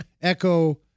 ECHO